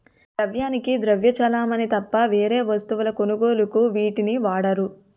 ద్రవ్యానికి ద్రవ్య చలామణి తప్ప వేరే వస్తువుల కొనుగోలుకు వీటిని వాడరు